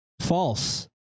False